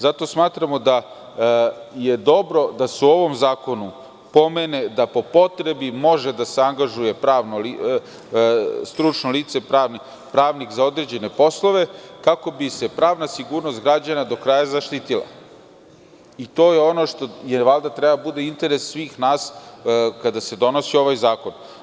Zato smatramo da je dobro da se u ovom zakonu pomene da po potrebi može da se angažuje pravno lice, stručno lice – pravnik za određene poslove kako bi se pravna sigurnost građana do kraja zaštitila i to je ono što valjda treba da bude interes svih nas kada se donosi ovaj zakon.